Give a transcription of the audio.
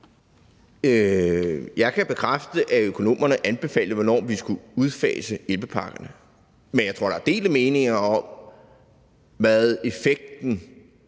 Jeg kan bekræfte, at økonomerne anbefalede, hvornår vi skulle udfase hjælpepakkerne. Men jeg tror, at der er delte meninger om, hvad effekten